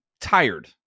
tired